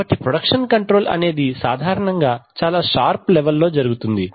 కాబట్టి production control అనేది సాధారణంగా చాలా షార్ప్ లెవెల్ లో జరుగుతుంది